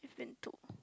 you've been to